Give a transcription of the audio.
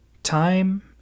time